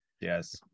Yes